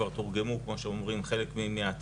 חלק מהדפים כבר תורגמו,